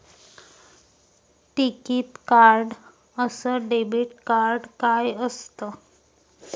टिकीत कार्ड अस debit card काय असत?